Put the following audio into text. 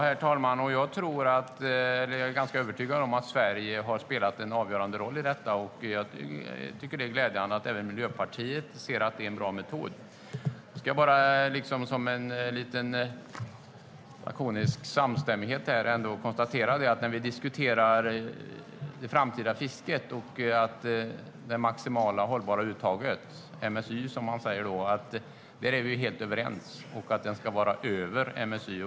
Herr talman! Jag är ganska övertygad om att Sverige har spelat en avgörande roll. Det är glädjande att även Miljöpartiet ser att det är en bra metod. Jag kan lakoniskt konstatera att det finns en samstämmighet vad gäller det framtida fisket och det maximala hållbara uttaget - MSY, som man säger. Vi är helt överens om att det ska vara över MSY.